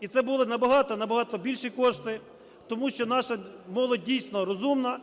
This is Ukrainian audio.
і це були набагато-набагато більші кошти, тому що наша молодь, дійсно, розумна,